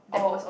oh